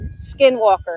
skinwalker